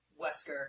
Wesker